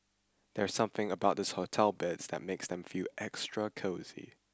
there's something about hotel beds that makes them extra cosy